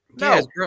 No